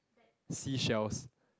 seashells